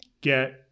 get